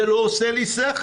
זה לא עושה לי שכל,